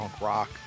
rock